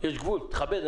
יש גבול, תכבד.